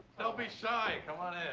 don't be shy. come on in.